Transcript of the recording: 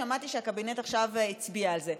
שמעתי שהקבינט עכשיו הצביע על זה.